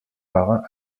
marins